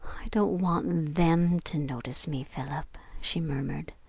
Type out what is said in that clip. don't want them to notice me, philip, she murmured.